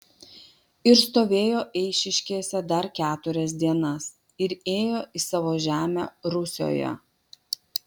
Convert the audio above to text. ir stovėjo eišiškėse dar keturias dienas ir ėjo į savo žemę rusioje